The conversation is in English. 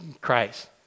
Christ